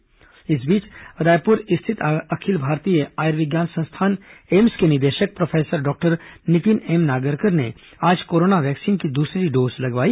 वहीं रायपुर स्थित अखिल भारतीय आयुर्विज्ञान संस्थान एम्स के निदेशक professor doctor Nitin M Nagarkar ने आज कोरोना वैक्सीन की दूसरी डोज लगवाई